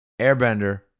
airbender